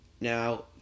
Now